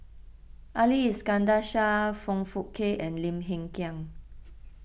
Ali Iskandar Shah Foong Fook Kay and Lim Hng Kiang